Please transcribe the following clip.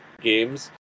games